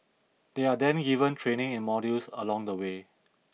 they are then given training in modules along the way